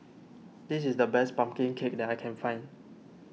this is the best Pumpkin Cake that I can find